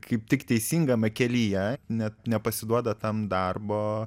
kaip tik teisingame kelyje net nepasiduoda tam darbo